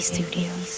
Studios